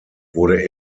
wurde